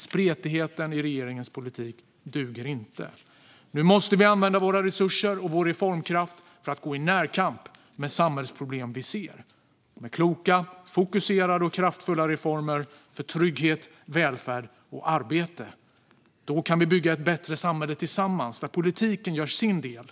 Spretigheten i regeringens politik duger inte. Nu måste vi använda våra resurser och vår reformkraft för att gå i närkamp med samhällsproblem vi ser. Med kloka, fokuserade och kraftfulla reformer för trygghet, välfärd och arbete kan vi bygga ett bättre samhälle tillsammans där politiken gör sin del.